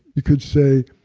you could say,